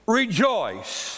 rejoice